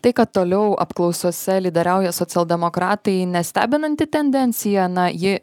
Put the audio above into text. tai kad toliau apklausose lyderiauja socialdemokratai nestebinanti tendencija na ji